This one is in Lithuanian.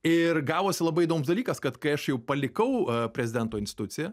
ir gavosi labai įdomus dalykas kad kai aš jau palikau prezidento instituciją